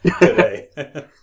today